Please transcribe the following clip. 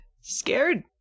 Scared